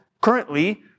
currently